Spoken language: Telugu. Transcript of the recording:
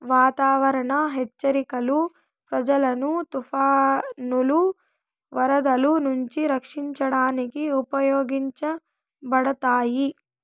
వాతావరణ హెచ్చరికలు ప్రజలను తుఫానులు, వరదలు నుంచి రక్షించడానికి ఉపయోగించబడతాయి